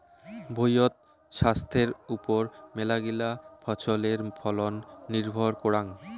ভুঁইয়ত ছাস্থের ওপর মেলাগিলা ফছলের ফলন নির্ভর করাং